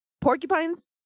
porcupines